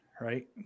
right